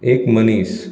एक मनीस